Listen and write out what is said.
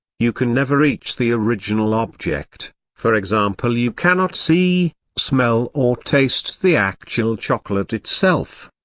you can never reach the original object for example you cannot see, smell or taste the actual chocolate itself.